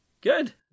Good